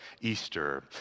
Easter